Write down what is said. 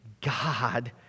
God